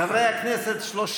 חוק